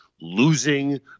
losing